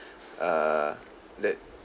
err that